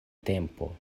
tempo